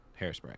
Hairspray